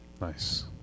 nice